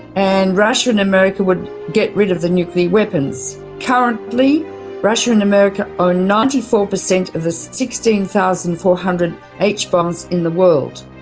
and russia and america would get rid of the nuclear weapons. currently russia and america own ninety four percent of the sixteen thousand four hundred h-bombs in the world.